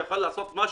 כדי שיוכל לעשות משהו,